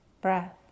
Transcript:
breath